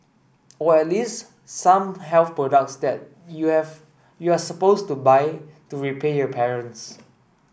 or at least some health products that you have you're supposed to buy to repay your parents